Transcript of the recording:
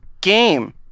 game